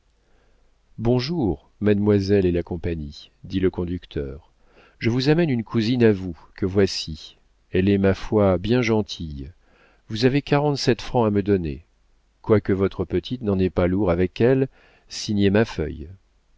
bonjour mademoiselle et la compagnie dit le conducteur je vous amène une cousine à vous que voici elle est ma foi bien gentille vous avez quarante-sept francs à me donner quoique votre petite n'en ait pas lourd avec elle signez ma feuille